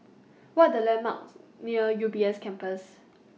What Are The landmarks near U B S Campus